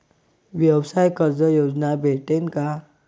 व्यवसाय कर्ज योजना भेटेन का?